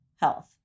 health